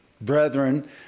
brethren